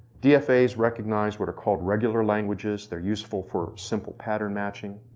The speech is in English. dfas recognize what are called regular languages. they're useful for simple pattern matching.